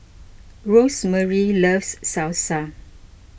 Rosemarie loves Salsa